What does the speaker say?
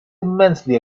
immensely